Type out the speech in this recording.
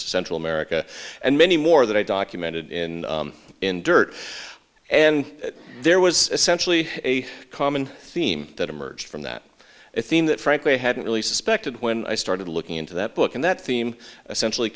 central america and many more that i documented in in dirt and there was essentially a common theme that emerged from that theme that frankly hadn't really suspected when i started looking into that book and that theme essentially